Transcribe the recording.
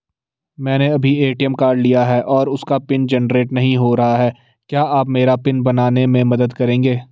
मैंने अभी ATM card लिया है और उसका पिन जेनरेट नहीं हो रहा है क्या आप मेरा पिन बनाने में मदद करेंगे?